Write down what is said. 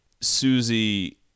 Susie